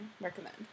Recommend